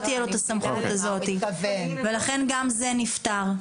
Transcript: לא תהיה לו את הסמכות הזאת, ולכן גם זה נפתר.